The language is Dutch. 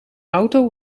auto